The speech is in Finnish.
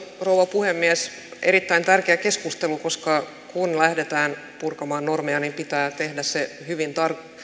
rouva puhemies tämä on erittäin tärkeä keskustelu koska kun lähdetään purkamaan normeja niin pitää tehdä se hyvin